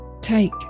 Take